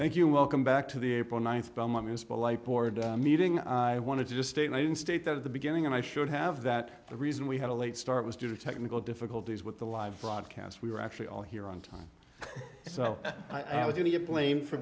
thank you welcome back to the april ninth belmont municipal light board meeting i want to just state one state that at the beginning and i should have that the reason we had a late start was due to technical difficulties with the live broadcast we were actually all here on time so i didn't get blamed for